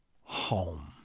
home